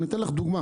אני אתן לך דוגמה.